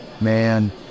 Man